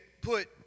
put